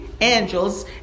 angels